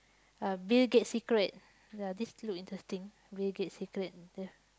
uh Bill-Gates secret ya this look interesting Bill-Gates secret the